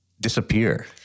disappear